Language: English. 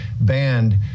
banned